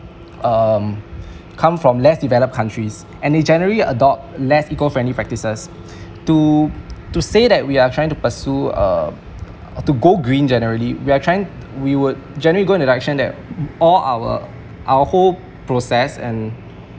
um come from less developed countries and they generally adopt less eco friendly practices to to say that we are trying to pursue uh to go green generally we are trying we would generally go in the direction that all our our whole process and